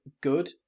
good